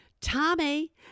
Tommy